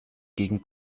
gegen